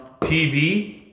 TV